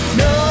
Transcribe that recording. no